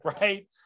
right